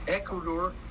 Ecuador